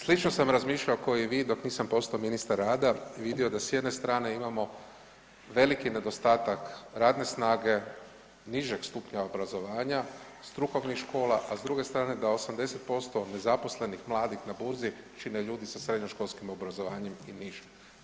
Slično sam razmišljao ko i vi dok nisam postao ministar rada i vidio da s jedne strane imamo veliki nedostatak radne snage nižeg stupnja obrazovanja strukovnih škola, a s druge strane da 80% nezaposlenih mladih na burzi čine ljudi sa srednjoškolskim obrazovanjem i niže.